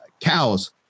cows